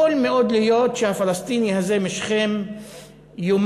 יכול מאוד להיות שהפלסטיני הזה משכם יאמר: